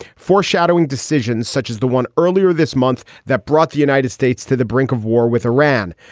foreshadowing decisions such as the one earlier this month that brought the united states to the brink of war with iran.